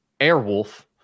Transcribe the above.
Airwolf